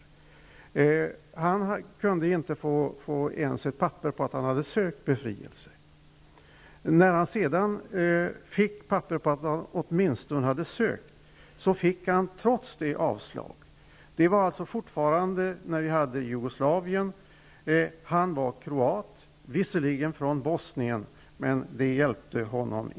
Den här mannen kunde inte ens få papper på att han hade ansökt om befrielse från sitt jugoslaviska medborgarskap. Senare fick han papper åtminstone på att han hade lagt in en ansökan. Trots det blev det avslag. Det skedde när det fortfarande fanns ett Jugoslavien. Mannen var alltså kroat, visserligen från Bosnien, men det var ingen hjälp för honom.